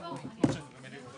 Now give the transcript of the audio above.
לגבי הגילאים 15 ו-18,